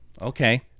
Okay